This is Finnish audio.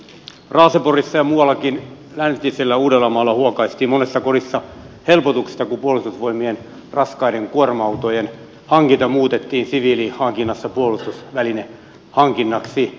raaseporissa ja muuallakin läntisellä uudellamaalla huokaistiin monessa kodissa helpotuksesta kun puolustusvoimien raskaiden kuorma autojen hankinta muutettiin siviilihankinnasta puolustusvälinehankinnaksi